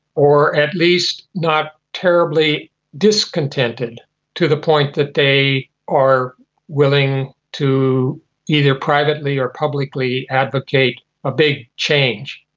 or at least not terribly discontented to the point that they are willing to either privately or publicly advocate a big change.